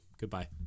Goodbye